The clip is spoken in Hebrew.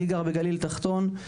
אני גר בגליל תחתון,